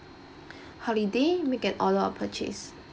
holiday make an order of purchase